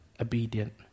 obedient